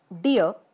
Dear